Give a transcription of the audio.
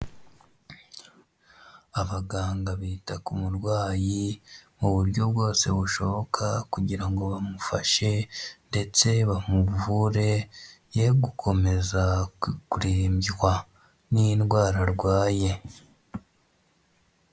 Abaganga bita ku murwayi mu buryo bwose bushoboka kugira ngo bamufashe ndetse bamuvure ye gukomeza kurembywa n'indwara arwaye.